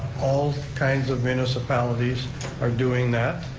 all kinds of municipalities are doing that,